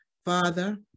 Father